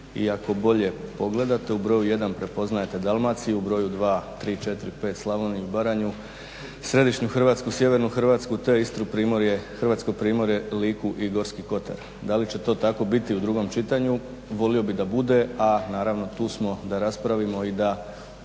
ako bolje pogledate u broju 1 prepoznajete Dalmaciju, u broju 2, 3, 4, 5 Slavoniju, Baranju, središnju Hrvatsku, sjevernu Hrvatsku te Istru, Hrvatsko Primorje, Liku i Gorski Kotar. Da li će to tako biti u drugom čitanju, volio bih da bude, a naravno smo da raspravimo i nađemo